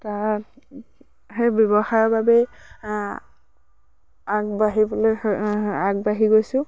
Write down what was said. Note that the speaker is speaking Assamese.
তাত সেই ব্যৱসায়ৰ বাবেই আগবাঢ়িবলৈ আগবাঢ়ি গৈছোঁ